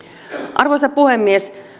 arvoisa puhemies